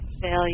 failure